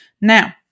Now